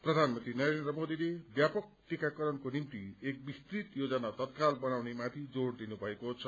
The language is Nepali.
प्रधानमन्त्री नरेन्द्र मोदीले व्यापक टीकाकरणको निम्ति एक विस्तृत योजना तत्काल बनाउनेमाथि जोर दिनुभएको छ